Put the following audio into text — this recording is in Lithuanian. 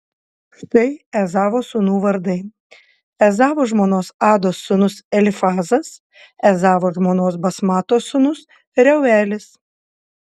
štai ezavo sūnų vardai ezavo žmonos ados sūnus elifazas ezavo žmonos basmatos sūnus reuelis